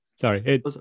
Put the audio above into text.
sorry